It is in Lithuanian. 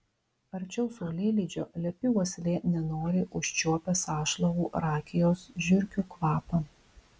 arčiau saulėlydžio lepi uoslė nenoriai užčiuopia sąšlavų rakijos žiurkių kvapą